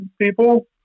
people